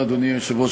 אדוני היושב-ראש,